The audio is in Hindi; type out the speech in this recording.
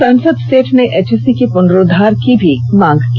सांसद सेठ ने एचईसी की पुनरुद्वार की भी मांग की